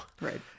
Right